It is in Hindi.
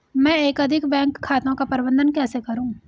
मैं एकाधिक बैंक खातों का प्रबंधन कैसे करूँ?